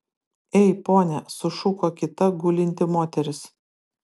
ei pone sušuko kita gulinti moteris